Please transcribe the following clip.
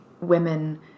women